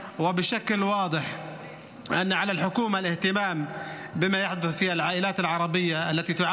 וכאשר החולה נמצא בבית החולים הוא לא משלם עבור המעבר ברכב.